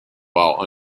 while